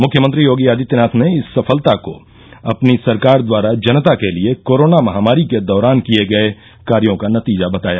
मुख्यमंत्री योगी आदित्यनाथ ने इस सफलता को अपनी सरकार द्वारा जनता के लिए कोरोना महामारी के दौरान किए गए कार्यों का नतीजा बताया